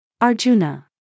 Arjuna